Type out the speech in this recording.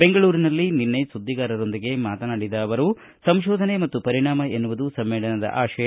ಬೆಂಗಳೂರಿನಲ್ಲಿ ನಿನ್ನೆ ಸುದ್ದಿಗಾರರೊಂದಿಗೆ ಮಾತನಾಡಿದ ಅವರು ಸಂಶೋಧನೆ ಮತ್ತು ಪರಿಣಾಮ ಎನ್ನುವದು ಸಮ್ಮೇಳನದ ಆಶಯ